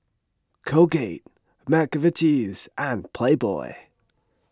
Colgate Mcvitie's and Playboy